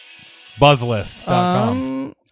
Buzzlist.com